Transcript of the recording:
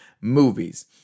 movies